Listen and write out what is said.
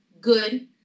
good